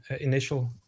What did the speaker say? initial